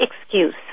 excuse